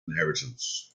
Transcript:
inheritance